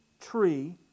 tree